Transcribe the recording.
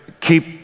keep